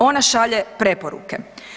Ona šalje preporuke.